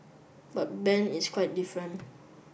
but Ben is quite different